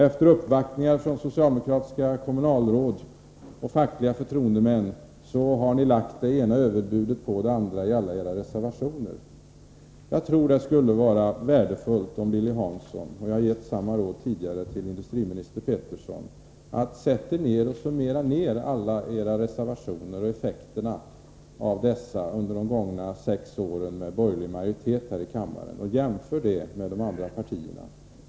Efter uppvaktningar från socialdemokratiska kommunalråd och fackliga förtroendemän har ni i era reservationer kommit med det ena överbudet efter det andra. Jag tror det skulle vara värdefullt om Lilly Hansson — jag har tidigare givit samma råd till industriminister Peterson — satte sig ned och summerade effekterna av alla socialdemokratiska reservationer under de sex åren med borgerlig majoritet här i kammaren och jämförde resultatet med motsvarande siffror för de andra partierna.